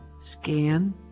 Scan